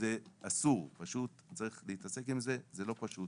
וזה אסור, פשוט צריך להתעסק עם זה, זה לא פשוט